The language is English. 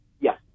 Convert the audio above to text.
Yes